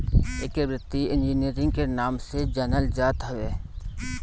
एके वित्तीय इंजीनियरिंग के नाम से जानल जात हवे